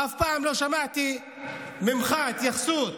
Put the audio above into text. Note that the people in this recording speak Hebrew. אף פעם לא שמעתי ממך התייחסות